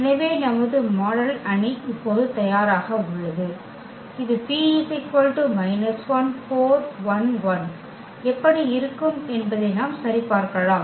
எனவே நமது மாடல் அணி இப்போது தயாராக உள்ளது இது எப்படி இருக்கும் என்பதை நாம் சரிபார்க்கலாம்